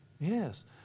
Yes